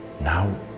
now